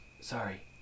Sorry